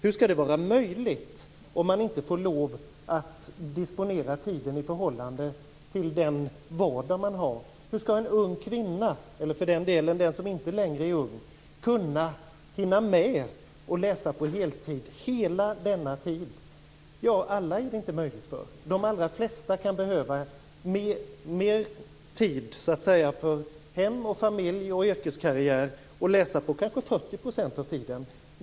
Hur skall det vara möjligt om man inte får lov att disponera tiden i förhållande till den vardag man har? Hur skall en ung kvinna - eller för den delen en som inte längre är ung - kunna hinna med att läsa på heltid under hela denna tid? Det är inte möjligt för alla. De allra flesta kan behöva mer tid för hem, familj och yrkeskarriär. De kan läsa på kanske 40 % av tiden.